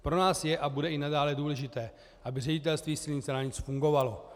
Pro nás je a bude i nadále důležité, aby Ředitelství silnic a dálnic fungovalo.